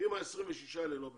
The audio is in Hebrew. אם ה-26 האלה לא בפנים.